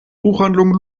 buchhandlung